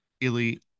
elite